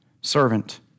Servant